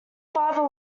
father